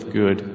good